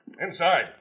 inside